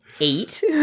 eight